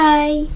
Bye